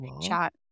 chat